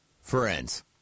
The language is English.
Friends